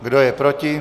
Kdo je proti?